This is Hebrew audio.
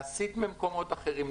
להשיג ממקומות אחרים,